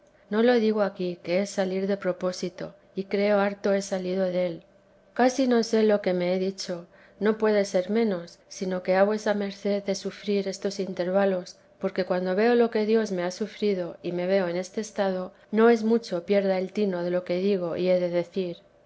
no lo digo aquí que es salir de propósito y creo harto he salido del casi no sé lo que me he dicho no puede ser menos sino que ha vuesa merced de sufrir estos intervalos porque cuando veo lo que dios me ha sufrido y me veo en este estado no es mucho pierda el tino de lo que digo y he de decir